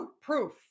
proof